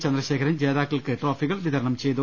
ചന്ദ്രശേഖരൻ ജേതാക്കൾക്ക് ട്രോഫികൾ വിതരണം ചെയ്തു